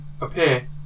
appear